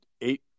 eight